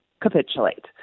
capitulate